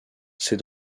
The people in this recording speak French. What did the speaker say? c’est